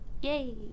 Yay